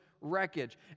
wreckage